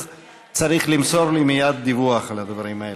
צריך למסור לי מייד דיווח על הדברים האלה.